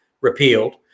repealed